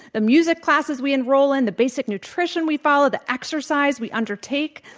the music classes we enroll in, the basic nutrition we follow, the exercise we undertake,